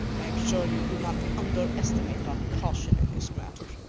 i am sure you do not underestimate our caution in this matter.